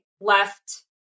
left